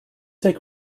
take